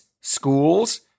schools